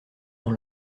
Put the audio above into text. dans